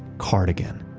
cardigan,